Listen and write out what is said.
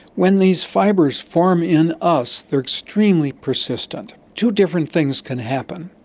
when these fibres form in us, they are extremely persistent. two different things can happen.